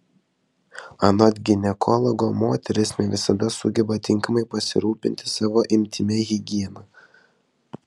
anot ginekologo moterys ne visada sugeba tinkamai pasirūpinti savo intymia higiena